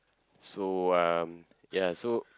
so um ya so